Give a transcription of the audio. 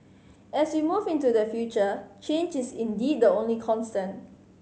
as we move into the future change is indeed the only constant